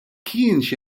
kienx